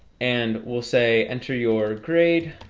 and we'll say enter your grade